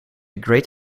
great